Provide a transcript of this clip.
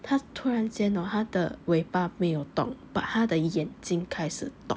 它突然间 hor 它的尾巴没有动 but 它的眼睛开始动